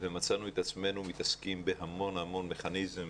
ומצאנו את עצמנו מתעסקים בהמון המון מכניזמים